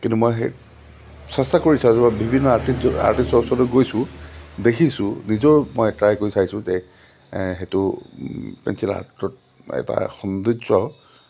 কিন্তু মই সেই চেষ্টা কৰিছোঁ আৰু মই বিভিন্ন আৰ্টিষ্ট আৰ্টিষ্টৰ ওচৰলৈ গৈছোঁ দেখিছোঁ নিজেও মই ট্ৰাই কৰি চাইছোঁ যে সেইটো পেঞ্চিল আৰ্টত এটা সৌন্দৰ্য